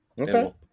Okay